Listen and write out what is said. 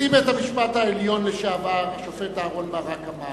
נשיא בית-המשפט העליון לשעבר השופט אהרן ברק אמר